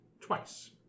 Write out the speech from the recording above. Twice